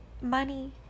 money